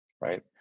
right